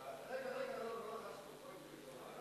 רגע, רגע, לא הצבענו.